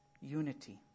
Unity